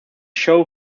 show